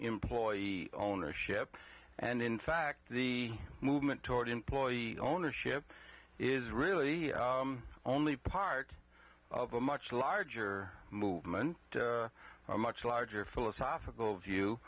employee ownership and in fact the movement toward employee ownership is really only part of a much larger movement a much larger philosophical view